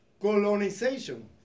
Colonization